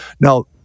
Now